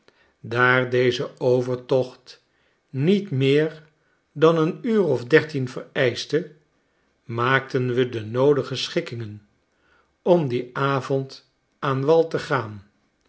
daar deze overtocht niet meer dan een uur of dertien vereischte maakten we de noodige schikkingen om dien avond aan wal te gaan